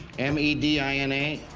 m e d i n a?